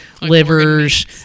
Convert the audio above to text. livers